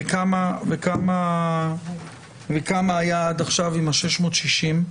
וכמה היעד עכשיו עם ה-660?